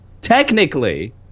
technically